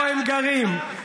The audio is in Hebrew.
הם גרים.